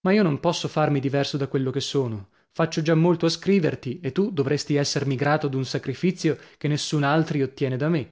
ma io non posso farmi diverso da quello che sono faccio già molto a scriverti e tu dovresti essermi grato d'un sacrifizio che nessun altri ottiene da me